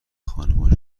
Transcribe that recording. خانمان